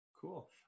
Cool